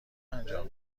انجام